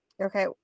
Okay